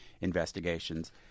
investigations